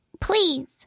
please